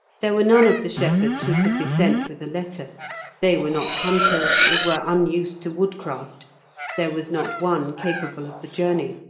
there were none of the shepherds who could be sent with a letter they were not hunters, and were unused to woodcraft there was not one capable of the journey